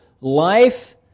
life